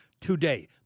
today